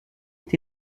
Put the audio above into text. est